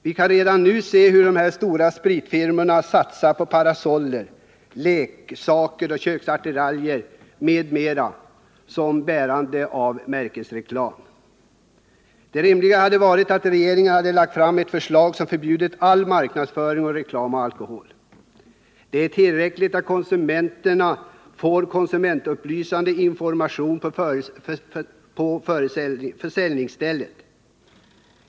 Vi kan redan nu se hur de stora spritfirmorna satsar på parasoller, leksaker, köksattiraljer m.m. som bärare av märkesreklam. Det rimliga hade därför varit att regeringen lagt fram ett förslag som förbjudit all marknadsföring av alkohol genom reklam. Det är tillräckligt att konsumenterna får konsumentupplysande information på försäljningsstället.